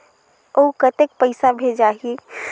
अउ कतेक पइसा भेजाही?